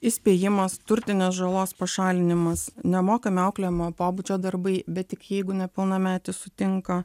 įspėjimas turtinės žalos pašalinimas nemokami auklėjamojo pobūdžio darbai bet tik jeigu nepilnametis sutinka